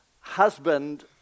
husband